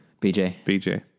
BJ